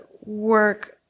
work